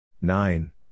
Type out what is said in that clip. Nine